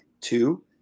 two